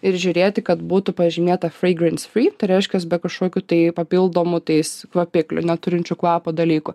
ir žiūrėti kad būtų pažymėta freigrans fri tai reiškias be kažkokių tai papildomų tais kaupiklių neturinčių kvapo dalykų